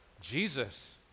Jesus